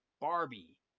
Barbie